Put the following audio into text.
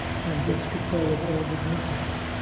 and gets control of all the missiles,